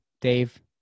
Dave